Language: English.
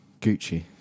Gucci